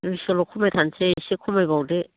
दुइस'ल' खमायथारसै एसे खमाय बावदो